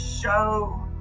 show